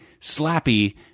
Slappy